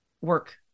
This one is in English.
work